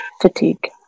fatigue